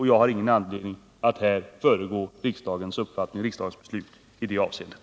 Jag har ingen anledning att här föregripa riksdagens uppfattning och riksdagens beslut i det avseendet.